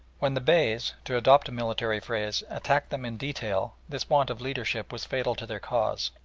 when the beys, to adopt a military phrase, attacked them in detail this want of leadership was fatal to their cause,